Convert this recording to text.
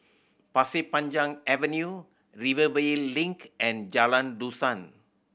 Pasir Panjang Avenue Rivervale Link and Jalan Dusan